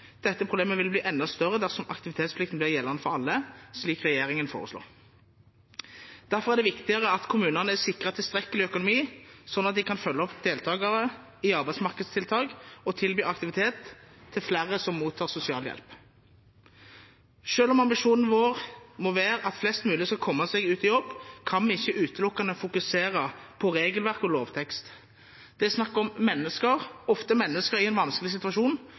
Dette problemet vil bli enda større dersom aktivitetsplikten blir gjeldende for alle, slik regjeringen foreslår. Derfor er det viktigere at kommunene er sikret tilstrekkelig økonomi, slik at de kan følge opp deltakere i arbeidsmarkedstiltak og tilby aktivitet til flere som mottar sosialhjelp. Selv om ambisjonen vår må være at flest mulig skal komme seg ut i jobb, kan vi ikke utelukkende fokusere på regelverk og lovtekst. Det er snakk om mennesker, ofte mennesker i en vanskelig situasjon,